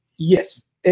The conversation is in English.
Yes